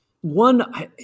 One